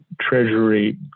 Treasury